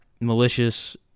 malicious